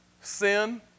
sin